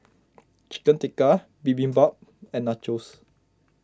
Chicken Tikka Bibimbap and Nachos